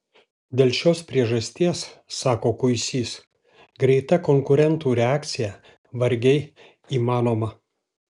dėl šios priežasties sako kuisys greita konkurentų reakcija vargiai įmanoma